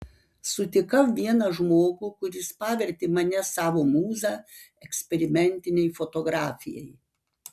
sutikau vieną žmogų kuris pavertė mane savo mūza eksperimentinei fotografijai